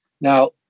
now